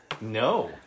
No